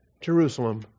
Jerusalem